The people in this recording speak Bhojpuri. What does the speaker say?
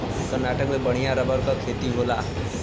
कर्नाटक में बढ़िया रबर क खेती होला